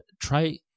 try